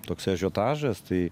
toks ažiotažas tai